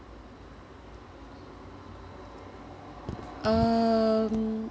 um